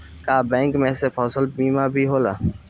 का बैंक में से फसल बीमा भी होला?